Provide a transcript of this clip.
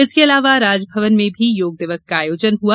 इसके अलावा राजभवन में भी योग दिवस का आयोजन हआ